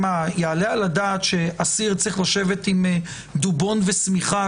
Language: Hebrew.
היעלה על הדעת שאסיר צריך לשבת עם דובון ושמיכה